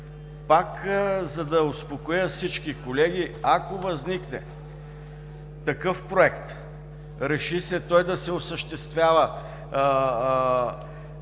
Пак, за да успокоя всички колеги, ако възникне такъв проект, решѝ се той да се осъществява